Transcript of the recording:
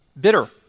bitter